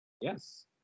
Yes